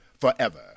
forever